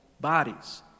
bodies